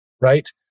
Right